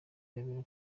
gabiro